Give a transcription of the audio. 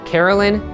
Carolyn